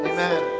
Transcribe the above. Amen